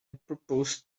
proposed